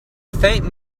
faint